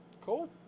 Cool